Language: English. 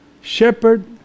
shepherd